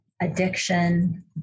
addiction